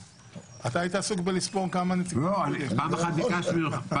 מטעם ועדת הכספים חברי הכנסת אלכס קושניר,